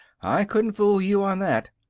i couldn't fool you on that.